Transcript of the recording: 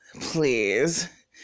please